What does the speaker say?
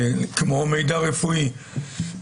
כמו מידע רפואי.